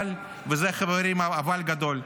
אבל, וזה, חברים, אבל גדול,